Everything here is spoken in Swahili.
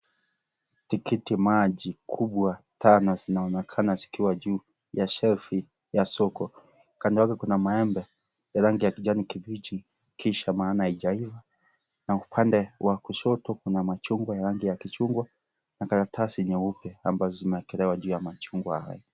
Tikitimaji kubwa tano zinaonekana zikiwa juu ya shelf ya soko. Kando yake kuna maembe ya rangi ya kijani kibichi kisha maana haijaiva. Na upande wa kushoto kuna machungwa ya rangi ya kichungwa, na karatasi nyeupe ambazo zimeekelewa juu ya machungwa hayo.